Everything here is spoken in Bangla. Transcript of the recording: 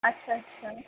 আচ্ছা আচ্ছা